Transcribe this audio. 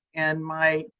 and my,